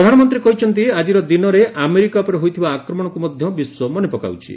ପ୍ରଧାନମନ୍ତ୍ରୀ କହିଛନ୍ତି ଆଜିର ଦିନରେ ଆମେରିକା ଉପରେ ହୋଇଥିବା ଆକ୍ରମଣକୁ ମଧ୍ୟ ବିଶ୍ୱ ମନେପକାଉଛି